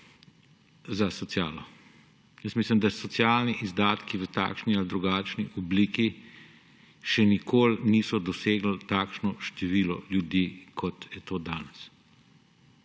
za socialo. Mislim, da socialni izdatki v takšni ali drugačni obliki še nikoli niso dosegli takšnega števila ljudi, kot je to danes.